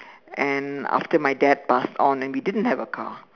and after my dad passed on and we didn't have a car